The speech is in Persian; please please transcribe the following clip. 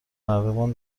نردبان